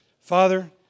Father